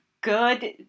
good